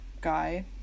guy